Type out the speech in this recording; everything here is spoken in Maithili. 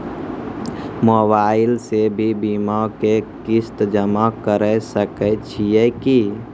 मोबाइल से भी बीमा के किस्त जमा करै सकैय छियै कि?